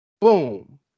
boom